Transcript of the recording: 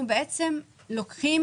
שאנחנו לוקחים